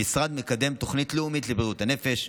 המשרד מקדם תוכנית לאומית לבריאות הנפש.